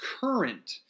current